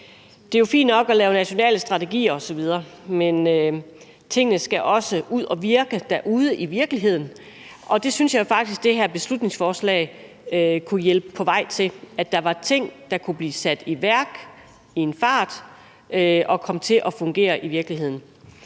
det er fint nok at lave nationale strategier osv., men tingene skal også virke derude i virkeligheden, og jeg synes faktisk, at det her beslutningsforslag kunne hjælpe tingene på vej, sådan at de kunne blive sat i værk i en fart og komme til at fungere i virkeligheden.